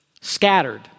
scattered